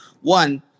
one